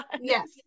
Yes